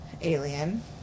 alien